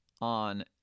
on